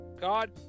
God